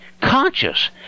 conscious